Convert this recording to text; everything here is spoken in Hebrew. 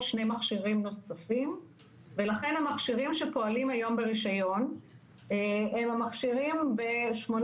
2 מכשירים נוספים ולכן המכשירים שפועלים היום ברישיון הם המכשירים ב-8